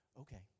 Okay